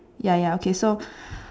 ya ya okay so